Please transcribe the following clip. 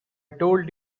told